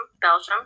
Belgium